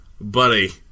Buddy